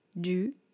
du